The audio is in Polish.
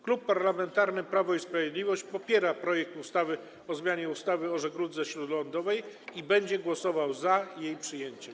Klub Parlamentarny Prawo i Sprawiedliwość popiera projekt ustawy o zmianie ustawy o żegludze śródlądowej i będzie głosował za jej przyjęciem.